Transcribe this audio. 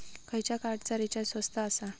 खयच्या कार्डचा रिचार्ज स्वस्त आसा?